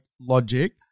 logic